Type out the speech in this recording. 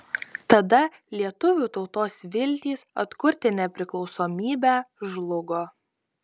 tada lietuvių tautos viltys atkurti nepriklausomybę žlugo